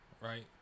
right